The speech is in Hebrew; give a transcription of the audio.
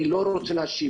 אני לא רוצה להאשים,